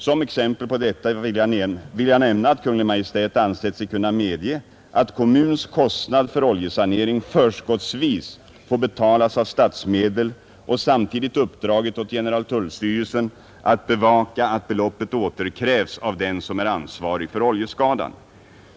Som exempel på detta vill jag nämna att Kungl. Maj:t ansett sig kunna medge att kommuns kostnad för oljesanering förskottsvis får betalas av statsmedel och samtidigt uppdragit åt generaltullstyrelsen att bevaka att beloppet återkrävs av den som är ansvarig för oljeskadan.